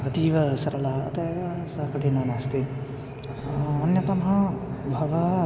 अतीव सरलम् अतः एव सा कठिना नास्ति अन्यतमः भागः